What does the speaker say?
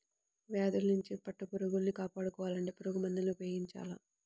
వ్యాధుల్నించి పట్టుపురుగుల్ని కాపాడుకోవాలంటే పురుగుమందుల్ని ఉపయోగించాల